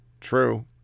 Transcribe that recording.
true